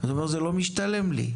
אז הוא אומר: "זה לא משתלם לי".